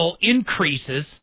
increases